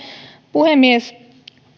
puhemies